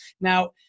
Now